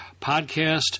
Podcast